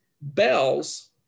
Bells